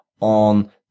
on